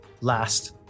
last